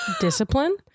discipline